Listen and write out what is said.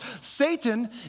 Satan